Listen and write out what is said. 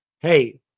hey